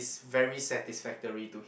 very satisfactory to hi~